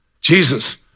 Jesus